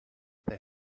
they